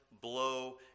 blow